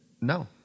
no